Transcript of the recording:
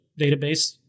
database